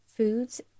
foods